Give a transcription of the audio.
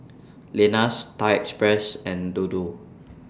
Lenas Thai Express and Dodo